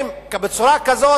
בצורה כזו